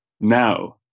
now